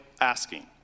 asking